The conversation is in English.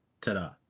ta-da